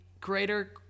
greater